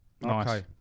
Nice